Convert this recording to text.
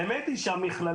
האמת היא שהמכללות,